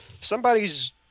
somebody's